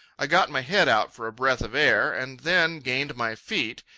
i got my head out for a breath of air and then gained my feet.